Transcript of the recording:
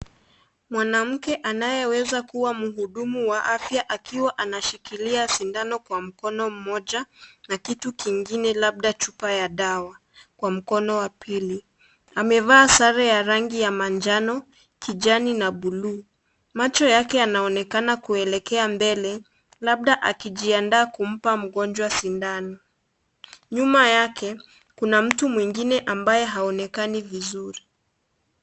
Mwanamke anayeweza kuwa mhudumu wa afya akiwa anashikilia sindano kwa mkono mmoja na kitu kingine labda chupa ya dawa kwa mkono wa pili. Amevaa sare ya rangi ya manjano, kijani na buluu. Macho yake yanaonekana kuelekea mbele labda akijiandaa kumpa mgonjwa sindano. Nyuma yake kuna mtu mwingine ambaye haonekani vizuri.